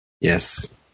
Yes